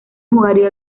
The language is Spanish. jugaría